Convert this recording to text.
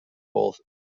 both